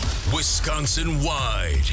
Wisconsin-wide